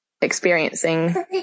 experiencing